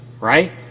right